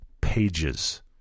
pages